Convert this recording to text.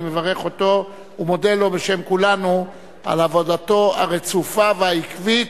אני מברך אותו ומודה לו בשם כולנו על עבודתו הרצופה והעקבית.